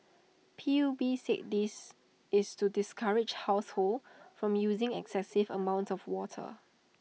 P U B said this is to discourage households from using excessive amounts of water